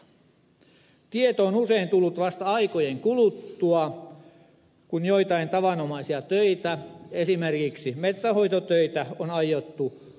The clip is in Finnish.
tieto on usein tullut vasta aikojen kuluttua kun joitain tavanomaisia töitä esimerkiksi metsänhoitotöitä on aiottu suorittaa alueella